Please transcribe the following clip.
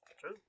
True